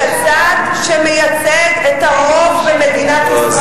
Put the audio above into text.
את הצד שמייצג את הרוב במדינת ישראל.